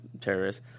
terrorists